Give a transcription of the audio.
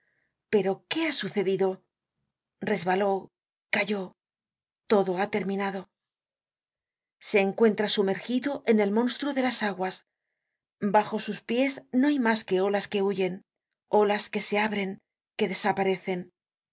pero qué ha sucedido resbaló cayó todo ha terminado se encuentra sumergido en el monstruo de las aguas bajo sus pies no hay mas que olas que huyen olas que se abren que desaparecen